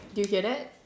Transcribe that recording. did you hear that